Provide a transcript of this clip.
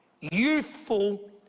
youthful